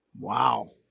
Wow